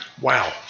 wow